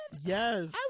Yes